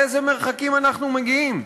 לאיזה מרחקים אנחנו מגיעים.